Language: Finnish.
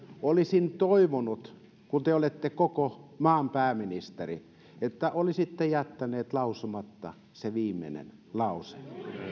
olisin toivonut kun te olette koko maan pääministeri että olisitte jättäneet lausumatta sen viimeisen lauseen